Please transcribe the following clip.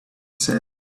said